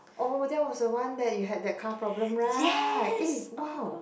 oh that was the one that you have that car problem right eh !wow!